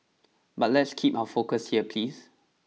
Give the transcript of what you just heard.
but let's keep our focus here please